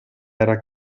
era